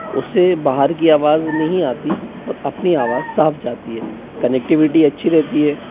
उससे बाहर की आवाज़ नहीं आती और अपनी आवाज़ साफ़ जाती है कनेक्टिविटी अच्छी रहती है